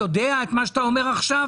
את מה שאתה אומר עכשיו?